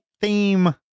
theme